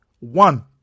one